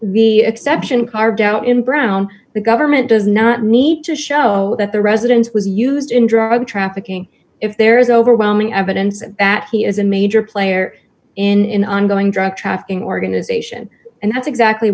the exception carved out in brown the government does not need to show that the residence was used in drug trafficking if there is overwhelming evidence that he is a major player in ongoing drug trafficking organization and that's exactly